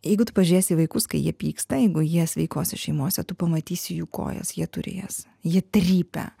jeigu tu pažiūrėsi į vaikus kai jie pyksta jeigu jie sveikose šeimose tu pamatysi jų kojas jie turi jas jie trypia